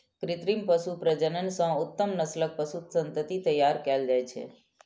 कृत्रिम पशु प्रजनन सं उत्तम नस्लक पशु संतति तैयार कएल जाइ छै